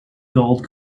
gold